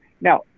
Now